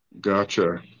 Gotcha